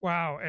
Wow